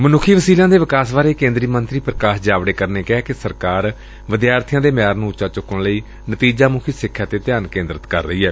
ਮਨੁੱਖੀ ਵਸੀਲਿਆਂ ਦੇ ਵਿਕਾਸ ਬਾਰੇ ਕੇ ਂਦਰੀ ਮੰਤਰੀ ਪੂਕਾਸ਼ ਜਾਵੜੇਕਰ ਨੇ ਕਿਹੈ ਕਿ ਸਰਕਾਰ ਵਿਦਿਆਰਥੀਆਂ ਦੇ ਮਿਆਰ ਨੂੰ ਉੱਚਾ ਚੁੱਕਣ ਲਈ ਨਤੀਜਾ ਮੁਖੀ ਸਿਖਿਆ ਤੇ ਧਿਆਨ ਕੇਂਦਰਿਤ ਕਰ ਰਹੀ ਏ